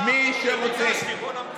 מי שרוצה, הצעה שלך שביקשתי: בוא נמתין.